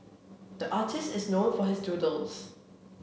the artists is known for his doodles